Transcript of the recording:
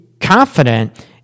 confident